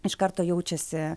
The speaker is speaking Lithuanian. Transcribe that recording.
iš karto jaučiasi